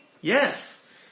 Yes